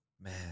Man